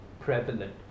prevalent